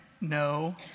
No